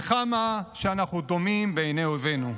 וכמה שאנחנו דומים בעיני אויבינו.